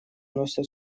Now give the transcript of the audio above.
носят